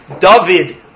David